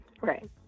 Right